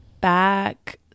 back